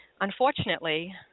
unfortunately